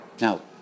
now